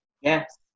Yes